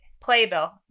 Playbill